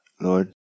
Lord